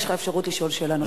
יש לך אפשרות לשאול שאלה נוספת.